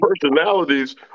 personalities